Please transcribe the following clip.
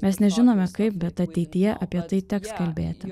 mes nežinome kaip bet ateityje apie tai teks kalbėti